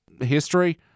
history